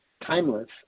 timeless